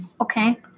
Okay